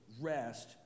rest